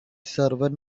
servant